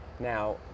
Now